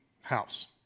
house